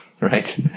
Right